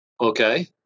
okay